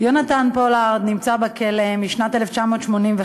יונתן פולארד נמצא בכלא משנת 1985,